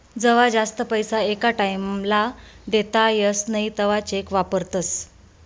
जवा जास्त पैसा एका टाईम ला देता येस नई तवा चेक वापरतस